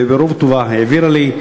והיא ברוב טובה העבירה לי,